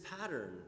pattern